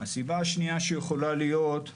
הסבה השנייה שיכולה להיות,